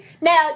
Now